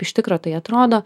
iš tikro tai atrodo